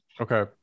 Okay